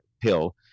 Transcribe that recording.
pill